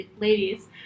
ladies